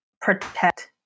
protect